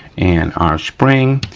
and our spring,